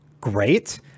great